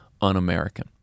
un-American